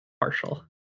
Partial